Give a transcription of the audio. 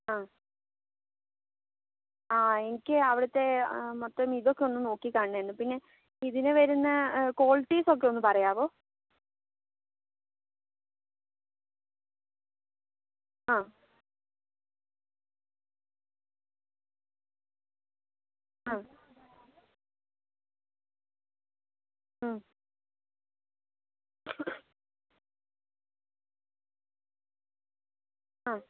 ആ ആ എനിക്ക് അവിടുത്തെ മൊത്തം ഇതൊക്കെ ഒന്നു നോക്കി കാണണമായിരുന്നു പിന്നെ ഇതിനു വരുന്ന ക്വാളിറ്റീസൊക്കെ ഒന്ന് പറയാമോ ആ ആ ആ